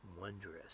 wondrous